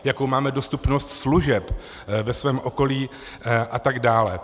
Jakou máme dostupnost služeb ve svém okolí atd.